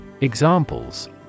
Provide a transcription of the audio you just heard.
Examples